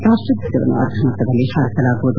ರಾಷ್ಟದ್ವಜವನ್ನು ಅರ್ಧಮಟ್ಟದಲ್ಲಿ ಹಾರಿಸಲಾಗುವುದು